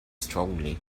strongly